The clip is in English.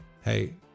hey